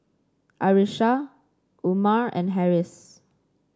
Arissa Umar and Harris